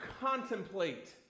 contemplate